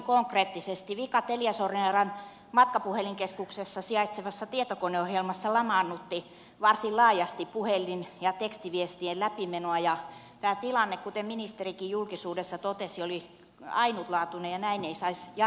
vika teliasoneran matkapuhelinkeskuksessa sijaitsevassa tietokoneohjelmassa lamaannutti varsin laajasti puhelin ja tekstiviestien läpimenoa ja tämä tilanne kuten ministerikin julkisuudessa totesi oli ainutlaatuinen ja näin ei saisi jatkossa tapahtuma